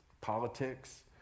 politics